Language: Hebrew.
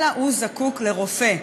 אלא הוא זקוק לרופא,